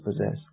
possess